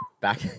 Back